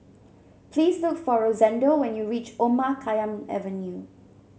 please look for Rosendo when you reach Omar Khayyam Avenue